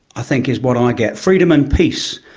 i think is what um i get, freedom and peace.